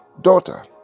daughter